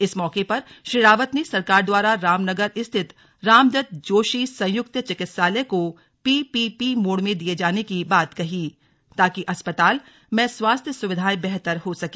इस मौके पर श्री रावत ने सरकार द्वारा रामनगर स्थित रामदत्त जोशी संयुक्त चिंकित्सालय को पीपीपी मोड में दिये जाने की बात कही ताकि अस्पताल में स्वास्थ्य सुविधाएं बेहतर हो सके